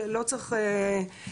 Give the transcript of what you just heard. לא צריך להתבלבל,